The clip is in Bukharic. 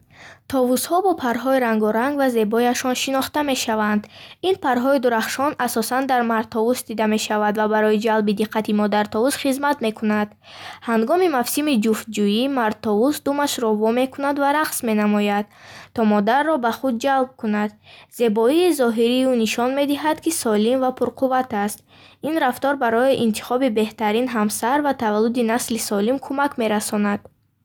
Товусҳо бо парҳои рангоранг ва зебояшон шинохта мешаванд. Ин парҳои дурахшон асосан дар мардтовус дида мешавад ва барои ҷалби диққати модартовус хизмат мекунад. Ҳангоми мавсими ҷуфтҷӯӣ, мардтовус думашро во мекунад ва рақс менамояд, то модарро ба худ ҷалб кунад. Зебоии зоҳирии ӯ нишон медиҳад, ки солим ва пурқувват аст. Ин рафтор барои интихоби беҳтарин ҳамсар ва таваллуди насли солим кӯмак мерасонад.